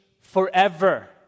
forever